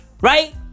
Right